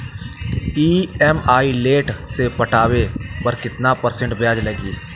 EMI late से पटावे पर कितना परसेंट ब्याज लगी?